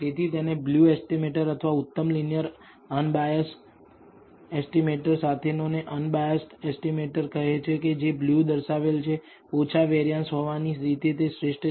તેથી તેને BLUE estimator અથવા ઉત્તમ લીનીયર અનબાયસ્ડ એસ્ટીમેટર સાથેનો ને અનબાયસ્ડ એસ્ટીમેટર કહે છે કે જે બ્લુ દર્શાવેલ છે ઓછા વેરીયાંસ હોવાની રીતે તે શ્રેષ્ઠ છે